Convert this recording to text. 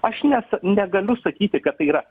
aš nes negaliu sakyti kad tai yra